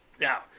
Now